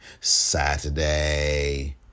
Saturday